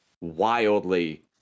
wildly